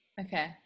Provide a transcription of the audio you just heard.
okay